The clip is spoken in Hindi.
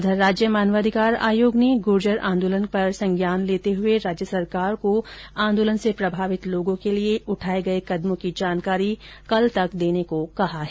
उधर राज्य मानवाधिकार आयोग ने गुर्जर आंदोलन का संज्ञान लेते हुए राज्य सरकार को आंदोलन से प्रभावित लोगों के लिए उठाये गये कदमों की जानकारी कल तक देने को कहा है